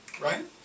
Right